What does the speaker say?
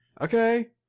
Okay